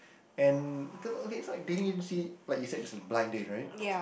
and cause okay so like dating agency like you said is a blind date right